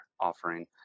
offering